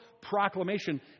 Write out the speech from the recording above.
proclamation